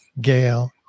Gail